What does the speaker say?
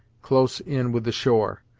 close in with the shore,